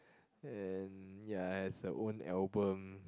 and ya has her own album